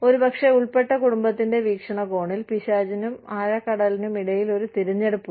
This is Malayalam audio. ഒരുപക്ഷേ ഉൾപ്പെട്ട കുടുംബത്തിന്റെ വീക്ഷണകോണിൽ പിശാചിനും ആഴക്കടലിനും ഇടയിൽ ഒരു തിരഞ്ഞെടുപ്പുണ്ട്